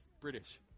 British